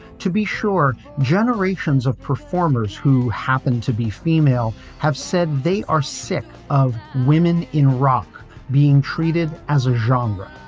to be sure, generations of performers who happen to be female have said they are sick of women in rock being treated as a genre.